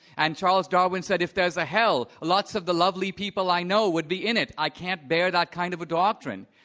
and charles darwin said, if there's a hell, lots of the lovely people i know would be in it. i can't bear that kind of a doctrine.